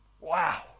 Wow